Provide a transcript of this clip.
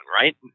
right